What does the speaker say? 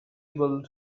able